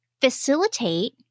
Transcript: facilitate